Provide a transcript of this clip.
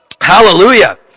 Hallelujah